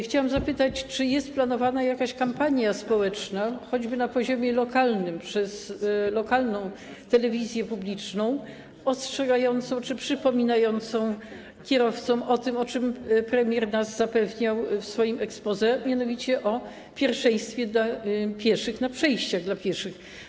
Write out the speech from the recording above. Chciałam zapytać, czy jest planowana jakaś kampania społeczna choćby na poziomie lokalnym, prowadzona przez lokalną telewizję publiczną, ostrzegająca czy przypominająca kierowcom o tym, o czym premier nas zapewniał w swoim exposé, mianowicie o pierwszeństwie dla pieszych na przejściach dla pieszych.